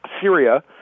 Syria